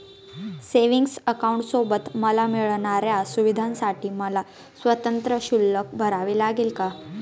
Savings अकाउंटसोबत मला मिळणाऱ्या सुविधांसाठी मला स्वतंत्र शुल्क भरावे लागेल का?